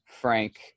Frank